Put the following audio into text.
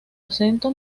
acento